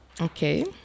okay